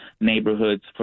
neighborhoods